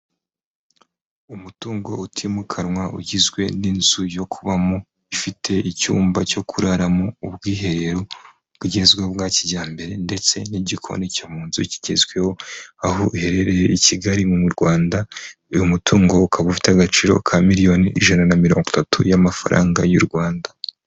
Umutungo utimukanwa ugizwe n'inzu yo kubamo ifite icyumba cyo kuraramo, ubwiherero bugezweho bwa kijyambere ndetse n'igikoni cyo mu nzu kigezweho aho iherereye i Kigali mu Rwanda. Uyu mutungo ukaba ufite agaciro ka miliyoni ijana na mirongo itatu y'amafaranga y'u Rwanda.